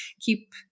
keep